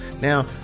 Now